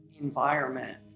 environment